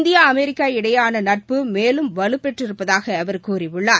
India America இடையேயான நட்பு மேலும் வலுப்பெற்றிருப்பதாக அவர் கூறியுள்ளார்